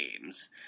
games